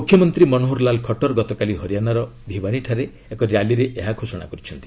ମୁଖ୍ୟମନ୍ତ୍ରୀ ମନୋହରଲାଲ ଖଟ୍ଟର ଗତକାଲି ହରିୟାନାର ଭିୱାନିଠାରେ ଏକ ର୍ୟାଲିରେ ଏହା ଘୋଷଣା କରିଛନ୍ତି